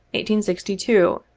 sixty two,